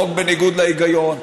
חוק בניגוד להיגיון.